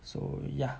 so yeah